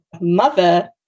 mother